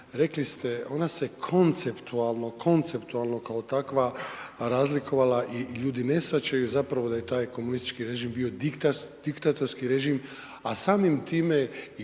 rekli ste, ona se konceptualno, konceptualno kao takva razlikovala i ljudi ne shvaćaju zapravo da je taj komunistički režim bio diktatorski režim, a samim time i